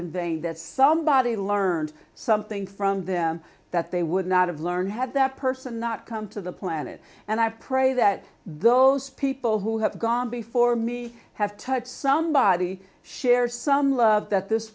in vain that somebody learned something from them that they would not have learned had that person not come to the planet and i pray that those people who have gone before me have touched somebody share some love that this